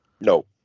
No